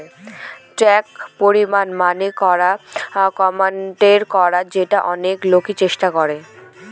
tax পরিহার মানে করা এমাউন্ট কম করা যেটা অনেক লোকই চেষ্টা করে